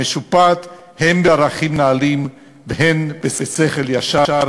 המשופעת הן בערכים נעלים והן בשכל ישר,